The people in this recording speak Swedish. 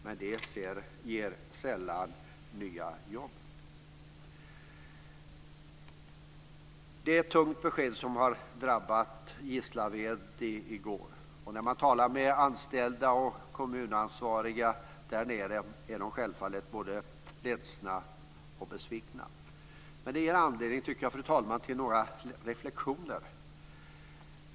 Men det ger sällan nya jobb. Det var ett tungt besked som drabbade Gislaved i går. När man talar med anställda och kommunansvariga där nere hör man att de självfallet är både ledsna och besvikna. Men det ger anledning till några reflexioner.